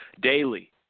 daily